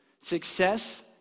Success